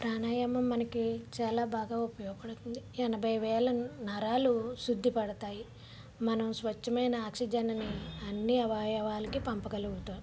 ప్రాణాయామం మనకి చాలా బాగా ఉపయోగపడుతుంది ఎనభై వేల నరాలు శుద్ధిపడతాయి మనం స్వచ్ఛమైన ఆక్సిజన్ని అన్నీ అవయవాలకి పంపగలుగుతాం